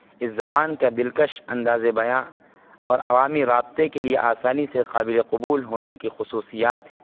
اس زبان کا دلکش اندازِ بیاں اور عوامی رابطے کے لیے آسانی سے قابلِ قبول ہونے کی خصوصیات ہیں